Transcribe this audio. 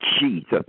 Jesus